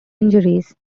injuries